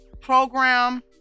program